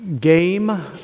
Game